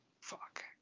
Fuck